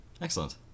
Excellent